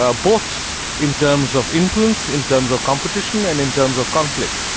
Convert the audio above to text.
ah but in terms of influence, in terms of competition and in terms of conflict.